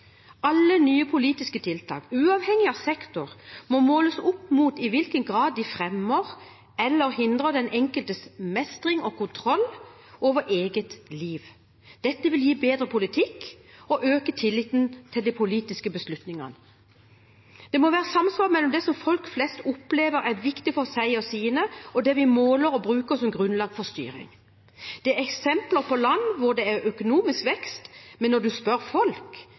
Alle nye politiske tiltak, uavhengig av sektor, må måles opp mot i hvilken grad de fremmer eller hindrer den enkeltes mestring og kontroll over eget liv. Dette vil gi bedre politikk og øke tilliten til de politiske beslutningene. Det må være samsvar mellom det som folk flest opplever er viktig for seg og sine, og det vi måler og bruker som grunnlag for styring. Det er eksempler på land hvor det er økonomisk vekst, men når en spør folk